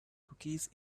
cookies